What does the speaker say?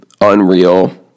unreal